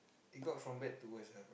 it got from bad to worse ah